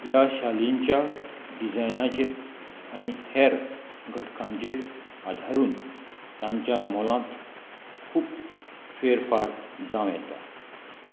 ह्या शालींच्या डिजायनाचेर आनी हेर घटकांचेर आदारून तांच्या मोलांत खूब फेरफार जावं येता